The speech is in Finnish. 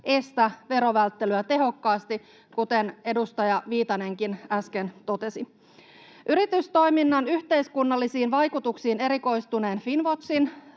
estä verovälttelyä tehokkaasti, kuten edustaja Viitanenkin äsken totesi. Yritystoiminnan yhteiskunnallisiin vaikutuksiin erikoistuneen Finnwatchin